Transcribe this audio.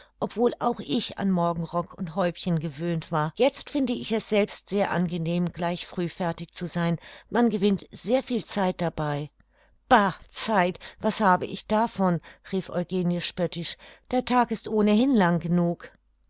obwohl auch ich an morgenrock und häubchen gewöhnt war jetzt finde ich es selbst sehr angenehm gleich früh fertig zu sein man gewinnt sehr viel zeit dabei bah zeit was habe ich davon rief eugenie spöttisch der tag ist ohnehin lang genug